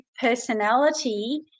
personality